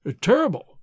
Terrible